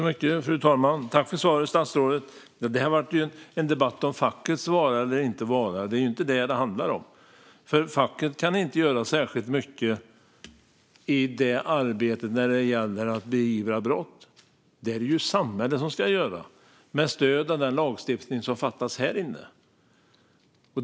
Fru talman! Jag tackar statsrådet för svaret. Nu blev det här en debatt om fackets vara eller inte vara. Det är inte det som det handlar om. Facket kan inte göra särskilt mycket när det gäller att beivra brott. Det är det samhället som ska göra, med stöd av den lagstiftning som det fattas beslut om här inne.